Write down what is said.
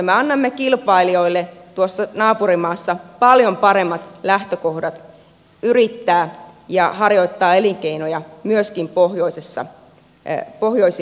me annamme kilpailijoille tuossa naapurimaassa paljon paremmat lähtökohdat yrittää ja harjoittaa elinkeinoja myöskin pohjoisilla alueilla